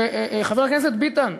וחבר הכנסת ביטן,